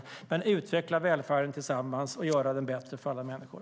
Vi tror på att utveckla välfärden tillsammans och göra den bättre för alla människor.